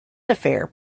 affair